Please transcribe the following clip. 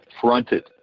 fronted